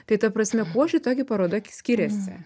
tai ta prasme kuo šita gi paroda skyriasi